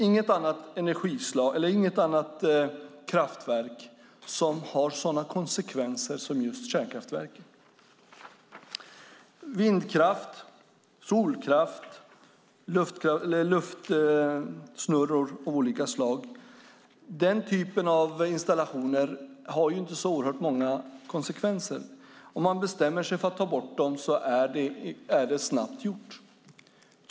Det finns inget annat kraftverk som har sådana konsekvenser som just kärnkraftverk. När det gäller vindkraft, solkraft och luftsnurror av olika slag har den typen av installationer inte så oerhört många konsekvenser. Om man bestämmer sig för att ta bort dem är det snabbt gjort.